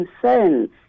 concerns